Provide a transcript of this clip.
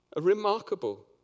remarkable